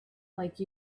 like